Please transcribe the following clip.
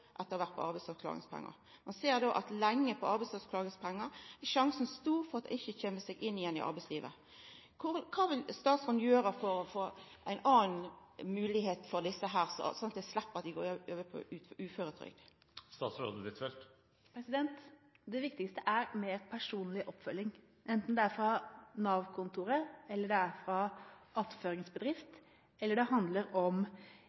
etter å ha vore på arbeidsavklaringspengar i eitt og eit halvt år. Ein ser at dersom ein går lenge på arbeidsavklaringspengar, er sjansen stor for at ein ikkje kjem seg inn igjen i arbeidslivet. Kva vil statsråden gjera for at desse skal få ei anna moglegheit, slik at ein slepp at dei går over på uføretrygd? Det viktigste er mer personlig oppfølging, enten det er fra Nav-kontoret, det er fra en attføringsbedrift, eller det handler om